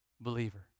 Believer